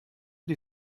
die